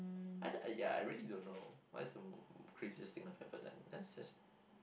I do~ I really don't know what's the craziest thing I have ever done that's just